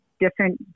different